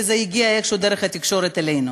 וזה הגיע איכשהו דרך התקשורת אלינו.